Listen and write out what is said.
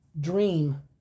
Dream